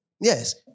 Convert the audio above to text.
Yes